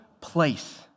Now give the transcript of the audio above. place